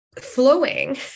flowing